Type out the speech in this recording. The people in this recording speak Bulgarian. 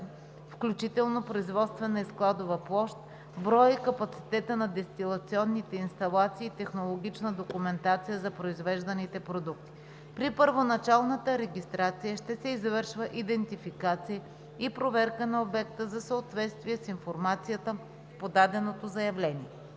включително производствена и складова площ, броя и капацитета на дестилационните инсталации и технологична документация за произвежданите продукти. При първоначалната регистрация ще се извършва идентификация и проверка на обекта за съответствие с информацията в подаденото заявление.